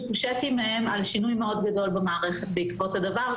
ריקושטים על שינוי מאוד גדול במערכת בעקבות הדבר,